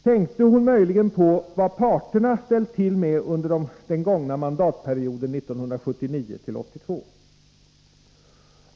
Tänkte möjligen Anna-Greta Leijon på vad parterna ställt till med under den gångna mandatperioden 1979-1982?